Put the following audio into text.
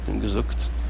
gesucht